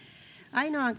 ainoaan